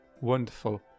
Wonderful